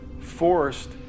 forced